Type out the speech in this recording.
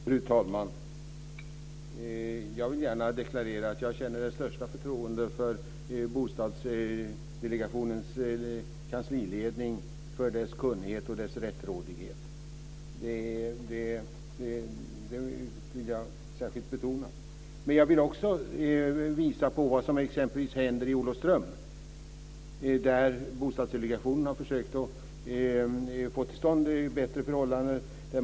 Fru talman! Jag vill gärna deklarera att jag känner det största förtroende för Bostadsdelegationens kansliledning, för dess kunnighet och dess rättrådighet, det vill jag särskilt betona. Men jag vill också visa på det som händer i t.ex. Olofström. Där har Bostadsdelegationen försökt att få till stånd bättre förhållanden.